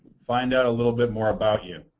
find out a little bit more about you.